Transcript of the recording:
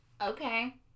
Okay